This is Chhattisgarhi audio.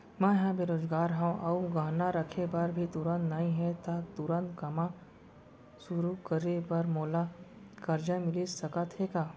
मैं ह बेरोजगार हव अऊ गहना रखे बर भी तुरंत नई हे ता तुरंत काम शुरू करे बर मोला करजा मिलिस सकत हे का?